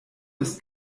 ist